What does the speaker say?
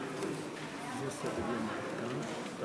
אדוני היושב-ראש, כנסת נכבדה, חוק